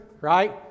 right